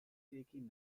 iritziekin